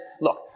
look